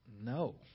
no